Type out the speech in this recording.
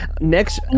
next